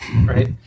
right